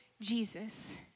Jesus